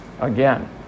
again